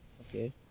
Okay